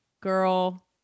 girl